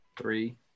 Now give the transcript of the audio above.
Three